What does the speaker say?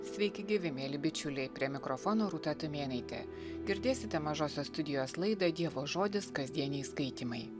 sveiki gyvi mieli bičiuliai prie mikrofono rūta tumėnaitė girdėsite mažosios studijos laidą dievo žodis kasdieniai skaitymai